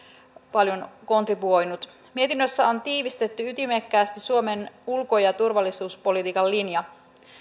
paljon kontribuoinut mietinnössä on tiivistetty ytimekkäästi suomen ulko ja turvallisuuspolitiikan linja